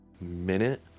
minute